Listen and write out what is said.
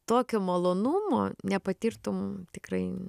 tokio malonumo nepatirtum tikrai